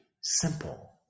simple